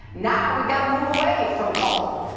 now we've got to move away from coal,